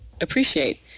appreciate